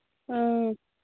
ꯎꯝ